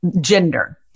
gender